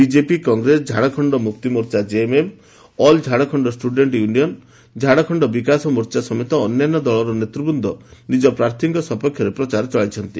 BJP Congress Jharkhand Mukti Morcha JMM all Jharkhand students union AJSU Jharkhand Vikas Morcha JVM ସମେତ ଅନ୍ୟାନ୍ୟ ଦଳର ନେତୃବୂନ୍ଦ ନିଜ ପ୍ରାର୍ଥୀଙ୍କ ସପକ୍ଷରେ ପ୍ରଚାର ଚଳାଇଛନ୍ତି